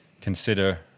consider